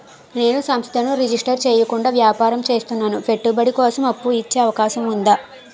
నేను సంస్థను రిజిస్టర్ చేయకుండా వ్యాపారం చేస్తున్నాను పెట్టుబడి కోసం అప్పు ఇచ్చే అవకాశం ఉందా?